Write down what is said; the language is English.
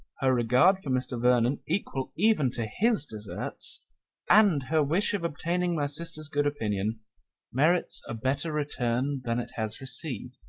her regard for mr. vernon equal even to his deserts and her wish of obtaining my sister's good opinion merits a better return than it has received.